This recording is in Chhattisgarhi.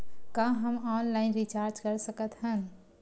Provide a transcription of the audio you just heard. का हम ऑनलाइन रिचार्ज कर सकत हन?